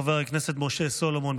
חבר הכנסת משה סולומון,